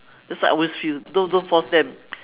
that's what I always feel don't don't force them